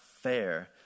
fair